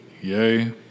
Yay